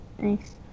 Thanks